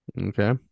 Okay